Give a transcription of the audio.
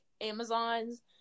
Amazons